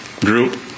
group